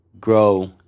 grow